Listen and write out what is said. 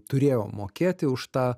turėjo mokėti už tą